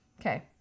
okay